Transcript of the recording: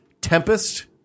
Tempest